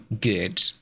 good